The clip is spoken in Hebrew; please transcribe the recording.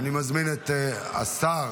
אני מזמין את השר,